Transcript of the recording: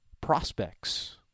prospects